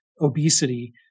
obesity